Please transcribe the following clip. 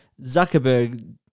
Zuckerberg